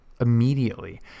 immediately